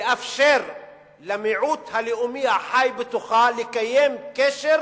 לאפשר למיעוט הלאומי החי בתוכה לקיים קשר